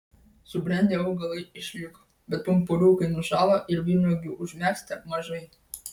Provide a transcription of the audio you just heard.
subrendę augalai išliko bet pumpuriukai nušalo ir vynuogių užmegzta mažai